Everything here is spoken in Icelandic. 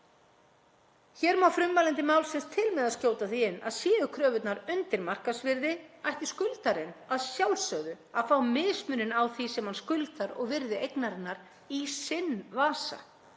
Hér má frummælandi málsins til með að skjóta því inn að séu kröfurnar undir markaðsvirði ætti skuldarinn að sjálfsögðu að fá mismuninn á því sem hann skuldar og virði eignarinnar í sinn vasa.